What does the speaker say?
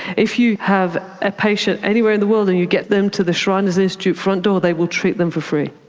if you have a patient anywhere in the world and you get them to the shriners institute front door they will treat them for free.